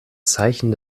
zeichen